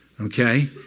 Okay